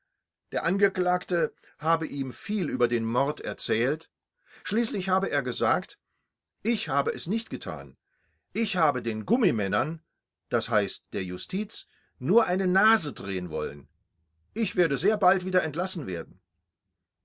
der angeklagte habe ihm viel über den mord erzählt schließlich habe er gesagt ich habe es nicht getan ich habe den gummimännern d h der justiz nur eine nase drehen wollen ich werde sehr bald wieder entlassen werden